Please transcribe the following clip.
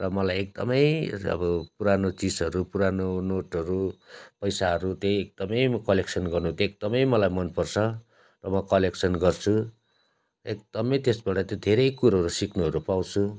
र मलाई एकदमै र अब पुरानो चिजहरू पुरानो नोटहरू पैसाहरू त्यही एकदमै म कलेक्सन गर्नु त्यही एकदमै मलाई मनपर्छ र म कलेक्सन गर्छु एकदमै त्यसबाट त्यही धेरै कुरोहरू सिक्नुहरू पाउँछु